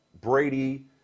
Brady